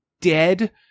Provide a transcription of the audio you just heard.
dead